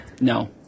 No